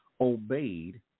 obeyed